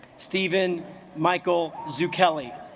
steven michael zucchini